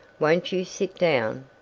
won't you sit down?